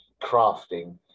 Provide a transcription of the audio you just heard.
crafting